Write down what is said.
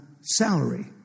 salary